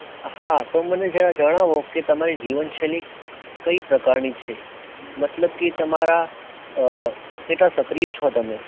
હા તો મને જરા જણાવો કે તમારી જીવનશૈલી કઈ પ્રકારની છે મતલબ કે તમારા કેટલા સક્રિય છો તમે